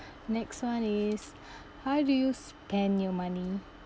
next one is how do you spend your money